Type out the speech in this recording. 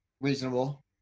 Reasonable